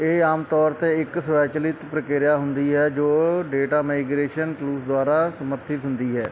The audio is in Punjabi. ਇਹ ਆਮ ਤੌਰ 'ਤੇ ਇੱਕ ਸਵੈਚਲਿਤ ਪ੍ਰਕਿਰਿਆ ਹੁੰਦੀ ਹੈ ਜੋ ਡੇਟਾ ਮਾਈਗ੍ਰੇਸ਼ਨ ਟੂਲਸ ਦੁਆਰਾ ਸਮਰਥਿਤ ਹੁੰਦੀ ਹੈ